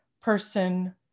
person